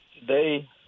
Today